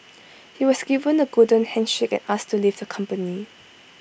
he was given A golden handshake and asked to leave the company